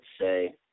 say